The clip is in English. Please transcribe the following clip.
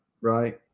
right